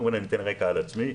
אתן מעט רקע על עצמי,